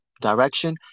direction